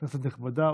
כנסת נכבדה,